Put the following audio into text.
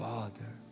Father